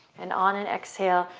and on an exhale,